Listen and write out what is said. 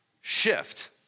shift